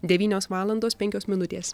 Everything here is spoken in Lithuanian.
devynios valandos penkios minutės